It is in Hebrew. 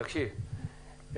תקשיב,